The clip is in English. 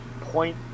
point